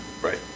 Right